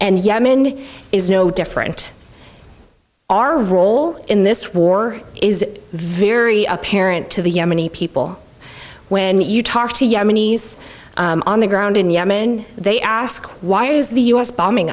and yemen is no different our role in this war is very apparent to the yemeni people when you talk to yemenis on the ground in yemen they ask why is the u s bombing